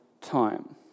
time